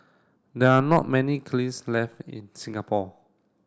there are not many left in Singapore